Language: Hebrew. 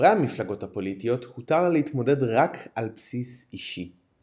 לחברי המפלגות הפוליטיות הותר להתמודד רק על בסיס אישי.